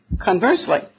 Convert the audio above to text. Conversely